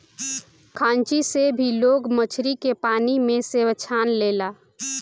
खांची से भी लोग मछरी के पानी में से छान लेला